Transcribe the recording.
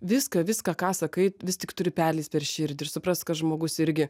viską viską ką sakai vis tik turi perleist per širdį ir suprast kad žmogus irgi